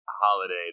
holiday